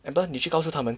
Amber 你去告诉他们